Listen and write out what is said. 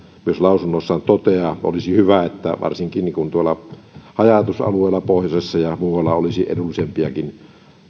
myös lausunnossaan toteaa olisi hyvä että varsinkin tuolla haja asutusalueilla pohjoisessa ja muualla olisi edullisempiakin